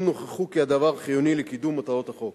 אם נוכחו כי הדבר חיוני לקידום מטרות החוק.